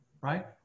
right